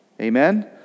amen